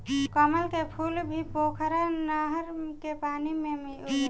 कमल के फूल भी पोखरा नहर के पानी में उगेला